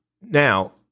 now